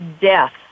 death